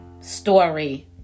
story